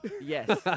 Yes